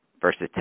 versus